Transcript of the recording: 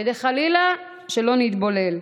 כדי שחלילה לא נתבולל.